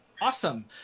Awesome